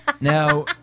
Now